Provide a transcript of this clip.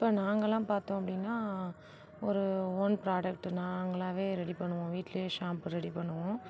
இப்போ நாங்களாம் பார்த்தோம் அப்படின்னா ஒரு ஓன் ப்ரொடெக்ட் நாங்களாகவே ரெடி பண்ணுவோம் வீட்டிலே ஷாம்பு ரெடி பண்ணுவோம்